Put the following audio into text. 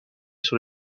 sur